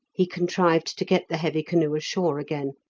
he contrived to get the heavy canoe ashore again,